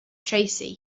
tracy